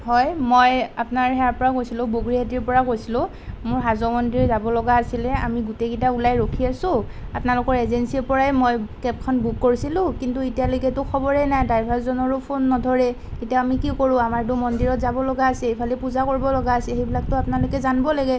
হয় মই আপোনাৰ সেয়াৰ পৰা কৈছিলোঁ বগৰীহাটিৰ পৰা কৈছিলোঁ মোৰ হাজো মন্দিৰ যাব লগা আছিলে আমি গোটেইকেইটা ওলাই ৰখি আছোঁ আপোনালোকৰ এজেন্সীৰ পৰাই মই কেবখন বুক কৰিছিলোঁ কিন্তু এতিয়ালৈকেতো খবৰেই নাই ড্ৰাইভাৰজনৰো ফোন নধৰেই এতিয়া আমি কি কৰোঁ আমাৰতো মন্দিৰত যাব লগা আছে এইফালে পূজা কৰিব লগা আছে সেইবিলাকতো আপোনালোকে জানিব লাগে